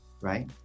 right